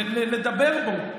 לדבר בו,